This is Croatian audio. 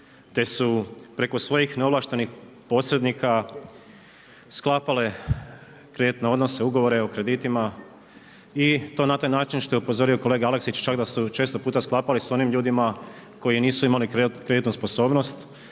te su preko svojih neovlaštenih posrednika sklapale kreditne odnose, ugovore o kreditima i to na taj način što je upozorio kolega Aleksić čak da su često puta sklapali sa onim ljudima koji nisu imali kreditnu sposobnost